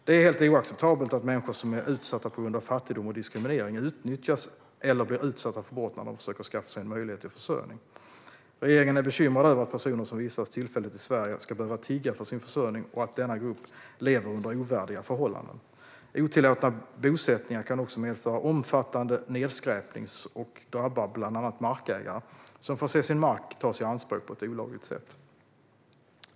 Det är helt oacceptabelt att människor som är utsatta på grund av fattigdom och diskriminering utnyttjas eller blir utsatta för brott när de försöker att skaffa sig en möjlighet till försörjning. Regeringen är bekymrad över att personer som vistas tillfälligt i Sverige ska behöva tigga för sin försörjning och att denna grupp lever under ovärdiga förhållanden. Otillåtna bosättningar kan också medföra omfattande nedskräpning och drabbar bland annat markägare som får se sin mark tas i anspråk på ett olagligt sätt.